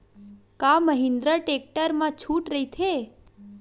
का महिंद्रा टेक्टर मा छुट राइथे?